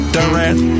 Durant